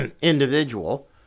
individual